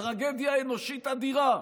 טרגדיה אנושית אדירה,